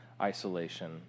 isolation